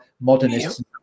modernists